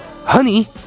Honey